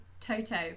Toto